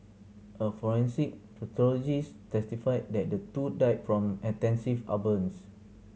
a forensic pathologist testified that the two died from extensive are burns